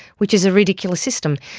which is a ridiculous system.